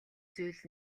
зүйл